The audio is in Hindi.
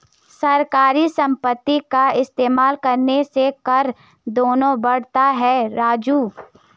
सरकारी संपत्ति का इस्तेमाल करने से कर देना पड़ता है राजू